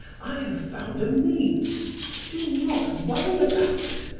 i have found a means do not worry about it.